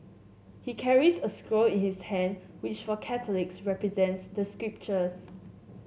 he carries a scroll in his hand which for Catholics represents the scriptures